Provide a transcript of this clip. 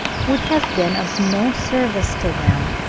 would have been of no service to them,